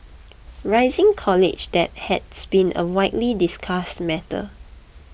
rising college debt has been a widely discussed matter